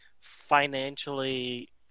financially